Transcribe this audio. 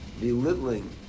belittling